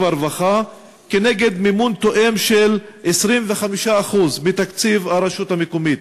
הרווחה כנגד מימון תואם של 25% מתקציב הרשות המקומית.